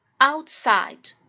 Outside